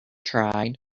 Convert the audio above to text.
tried